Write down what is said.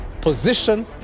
position